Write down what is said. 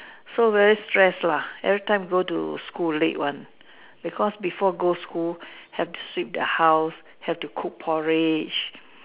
so very stressed lah every time go to school late one because before go school have to sweep the house have to cook porridge